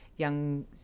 young